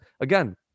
again